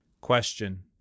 Question